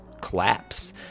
collapse